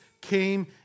came